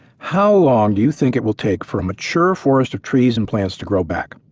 how long do you think it will take for a mature forest of trees and plants to grow back?